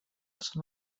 són